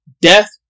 death